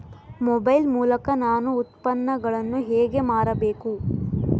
Mobile ಮೂಲಕ ನಾನು ಉತ್ಪನ್ನಗಳನ್ನು ಹೇಗೆ ಮಾರಬೇಕು?